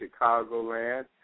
Chicagoland